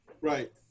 right